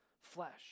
flesh